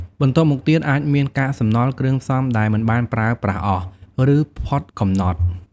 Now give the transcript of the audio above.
បន្ទាប់មកទៀត អាចមាន កាកសំណល់ គ្រឿងផ្សំដែលមិនបានប្រើប្រាស់អស់ ឬផុតកំណត់។